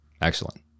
Excellent